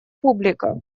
публика